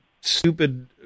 stupid